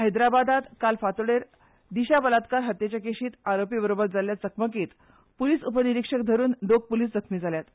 हैद्राबादात काल फांतोडेर दिशा बलात्कार हत्येचे केशीत आरोपी बरोबर जाल्ले चकमकीत पुलीस उपनिरीक्षक धरुन दोग पुलीस जखमी जाल्यात